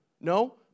No